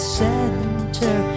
center